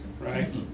right